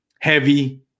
heavy